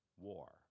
war